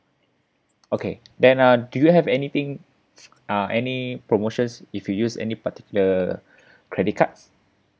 okay then uh do you have anything uh any promotions if we use any particular credit cards